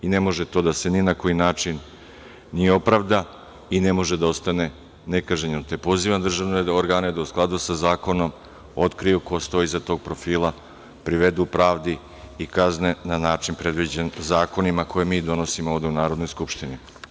Ne može to da se ni na koji način ni opravda i ne može da ostane nekažnjeno, te pozivam državne organe da u skladu sa zakonom otkriju ko stoji iza tog profila, privedu pravdi i kazne na način predviđen zakonima koje mi donosimo ovde u Narodnoj skupštini.